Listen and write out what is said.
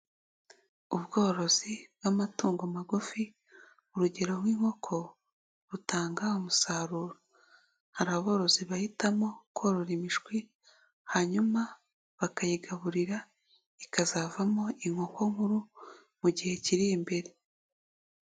Ubworozi bw'amatungo magufi, urugero nk'inkoko butanga umusaruro, hari aborozi bahitamo korora imishwi, hanyuma bakayigaburira ikazavamo inkoko nkuru mu gihe kiri imbere.